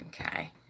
okay